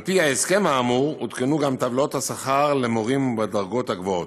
על-פי ההסכם האמור עודכנו גם טבלאות השכר למורים בדרגות הגבוהות.